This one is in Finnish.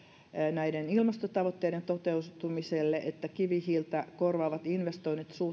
näiden ilmastotavoitteiden toteutumiselle että kivihiiltä korvaavat investoinnit